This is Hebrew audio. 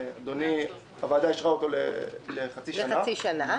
והוועדה אישרה אותו לחצי שנה.